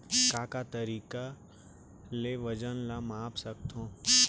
का का तरीक़ा ले वजन ला माप सकथो?